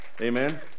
amen